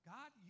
God